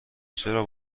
چرا